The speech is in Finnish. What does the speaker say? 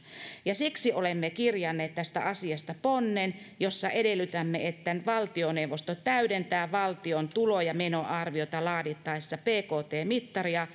siksi olemme kirjanneet tästä asiasta ponnen jossa edellytämme että valtioneuvosto täydentää valtion tulo ja menoarviota laadittaessa bkt mittaria